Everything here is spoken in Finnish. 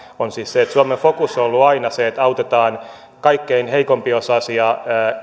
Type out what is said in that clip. siis suomen fokus on ollut aina se että autetaan kaikkein heikko osaisimpia